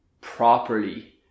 properly